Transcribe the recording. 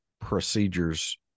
procedures